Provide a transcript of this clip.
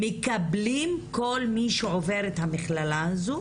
מקבלים כל מי שעובר את המכללה הזו?